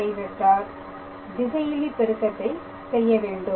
i திசையிலி பெருக்கத்தை செய்ய வேண்டும்